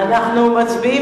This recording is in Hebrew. אנחנו מצביעים.